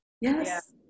Yes